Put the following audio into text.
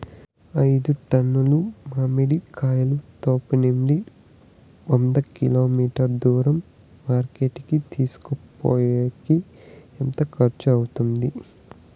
ఐదు టన్నుల మామిడి కాయలను తోపునుండి వంద కిలోమీటర్లు దూరం మార్కెట్ కి తీసుకొనిపోయేకి ఎంత ఖర్చు అవుతుంది?